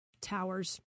towers